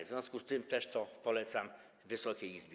W związku z tym też to polecam Wysokiej Izbie.